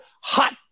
hot